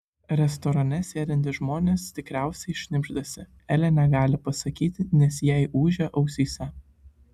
restorane sėdintys žmonės tikriausiai šnibždasi elė negali pasakyti nes jai ūžia ausyse